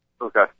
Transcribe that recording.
Okay